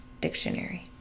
dictionary